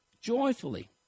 joyfully